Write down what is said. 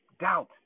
Doubt